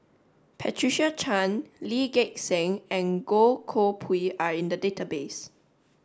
Patricia Chan Lee Gek Seng and Goh Koh Pui are in the database